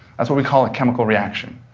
that's what we call a chemical reaction,